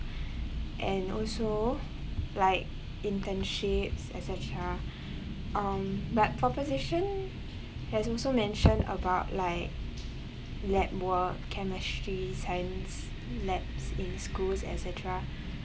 and also like internships et cetera um but proposition has also mentioned about like lab work chemistry science labs in schools et cetera